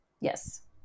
yes